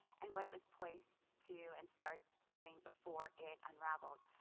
and what it was poised to and start doing before it unraveled.